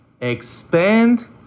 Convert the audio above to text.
Expand